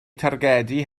targedu